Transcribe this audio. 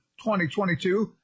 2022